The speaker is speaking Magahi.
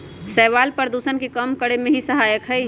शैवाल प्रदूषण के कम करे में भी सहायक हई